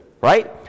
Right